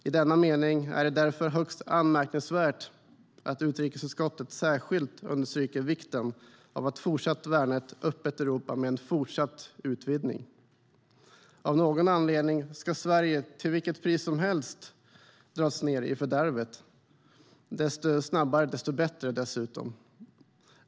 I denna mening är det därför högst anmärkningsvärt att utrikesutskottet särskilt understryker vikten av att fortsatt värna ett öppet Europa med en fortsatt utvidgning. Av någon anledning ska Sverige till vilket pris som helst dras ned i fördärvet - ju snabbare, desto bättre dessutom.